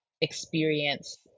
experience